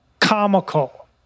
comical